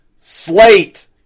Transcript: Slate